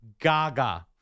Gaga